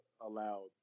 allowed